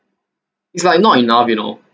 is like not enough you know